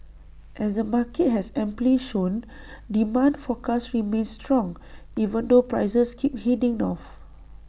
as the market has amply shown demand for cars remains strong even though prices keep heading north